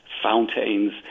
fountains